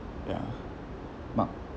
ya mark